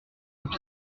faut